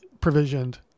provisioned